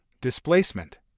displacement